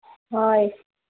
ꯍꯣꯏ